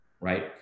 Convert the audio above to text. right